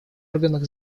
органах